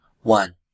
one